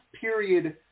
period